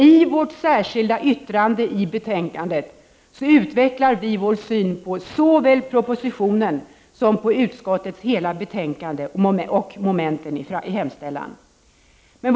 I vårt särskilda yttrande utvecklar vi vår syn på såväl propositionen som på utskottets hela betänkande och momenten i hemställan.